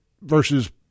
versus